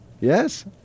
Yes